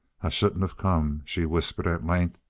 i shouldn't of come, she whispered at length,